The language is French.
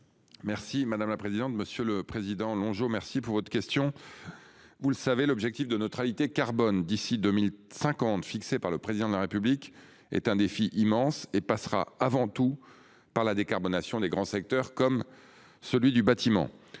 le ministre délégué. Monsieur le sénateur Longeot, je vous remercie de votre question. Vous le savez, l'objectif de neutralité carbone d'ici à 2050, fixé par le Président de la République, représente un défi immense et passera avant tout par la décarbonation des grands secteurs, comme celui du bâtiment.